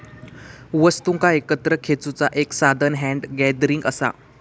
वस्तुंका एकत्र खेचुचा एक साधान हॅन्ड गॅदरिंग असा